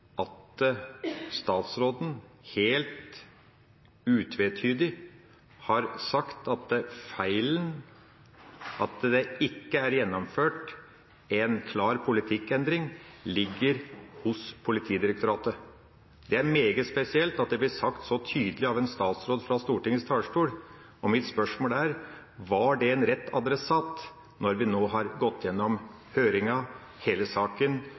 at statsråden helt utvetydig har sagt at feilen, at det ikke er gjennomført en klar politikkendring, ligger hos Politidirektoratet. Det er meget spesielt at det blir sagt så tydelig av en statsråd fra Stortingets talerstol, og mitt spørsmål er: Var det en rett adressat når vi nå har gått gjennom høringa, hele saken